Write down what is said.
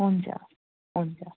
हुन्छ हुन्छ